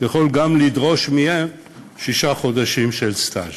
הוא יכול גם לדרוש מהם שישה חודשים של סטאז'.